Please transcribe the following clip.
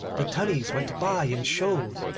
the tunnies went by in shoals,